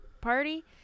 party